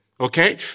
Okay